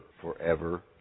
forever